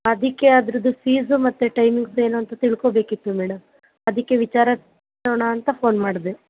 ಅದಕ್ಕೆ ಅದ್ರದ್ದು ಫೀಸು ಮತ್ತು ಟೈಮಿಂಗ್ಸ್ ಏನು ಅಂತ ತಿಳ್ಕೊಳ್ಬೇಕಿತ್ತು ಮೇಡಮ್ ಅದಕ್ಕೆ ವಿಚಾರಸೋಣ ಅಂತ ಫೋನ್ ಮಾಡಿದೆ